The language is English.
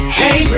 hey